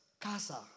casa